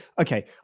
Okay